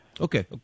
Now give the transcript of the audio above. Okay